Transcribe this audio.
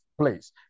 place